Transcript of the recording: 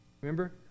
Remember